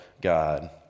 God